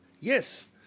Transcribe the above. Yes